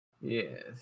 yes